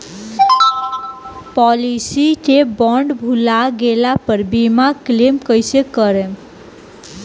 Policy के bond भुला गैला पर बीमा क्लेम कईसे करम?